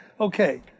okay